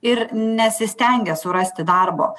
ir nesistengia surasti darbo